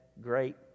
great